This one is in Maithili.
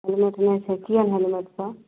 हेलमेट नहि छै किएक नहि हेलमेट छऽ